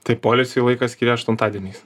tai poilsiui laiko skiri aštuntadieniais